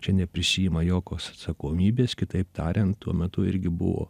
čia neprisiima jokios atsakomybės kitaip tariant tuo metu irgi buvo